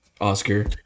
oscar